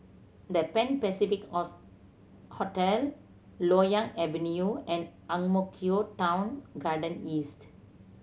The Pan Pacific Hotel Loyang Avenue and Ang Mo Kio Town Garden East